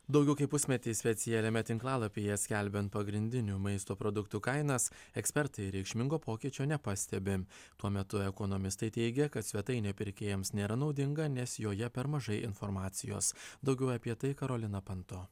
daugiau kaip pusmetį specialiame tinklalapyje skelbiant pagrindinių maisto produktų kainas ekspertai reikšmingo pokyčio nepastebi tuo metu ekonomistai teigia kad svetainė pirkėjams nėra naudinga nes joje per mažai informacijos daugiau apie tai karolina panto